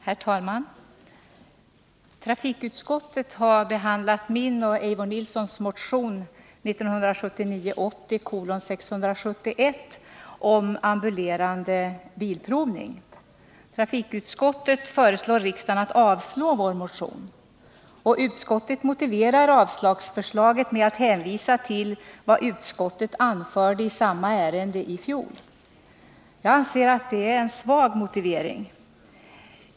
Herr talman! Trafikutskottet har behandlat min och Eivor Nilsons motion 1979/80:671 om ambulerande bilprovning. Trafikutskottet föreslår riksdagen att avslå vår motion. Utskottet motiverar avslagsförslaget med att hänvisa till vad utskottet anförde i samma ärende i fjol. Jag anser att det är en svag motivering.